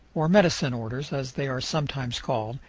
or medicine orders, as they are sometimes called,